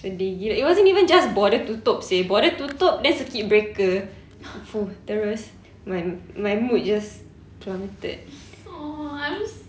sedih gila it wasn't even just border tutup seh border tutup then circuit breaker !fuh! terus my my mood just plummeted